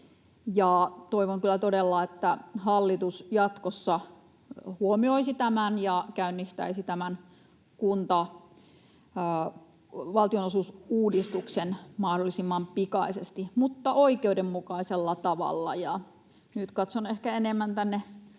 toivon kyllä todella, että hallitus jatkossa huomioisi tämän ja käynnistäisi tämän valtionosuusuudistuksen mahdollisimman pikaisesti mutta oikeudenmukaisella tavalla. Ja nyt katson ehkä enemmän tänne